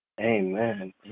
amen